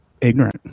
ignorant